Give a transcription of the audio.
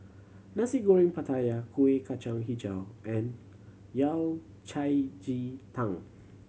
Nasi Goreng Pattaya Kuih Kacang Hijau and Yao Cai ji tang